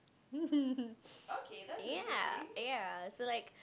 ya ya so like